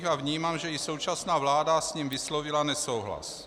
A vnímám, že i současná vláda s ním vyslovila nesouhlas.